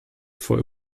vor